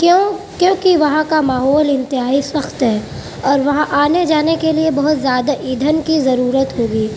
کیوں کیوں کہ وہاں کا ماحول انتہائی سخت ہے اور وہاں آنے جانے کے لئے بہت زیادہ ایندھن کی ضرورت ہوگی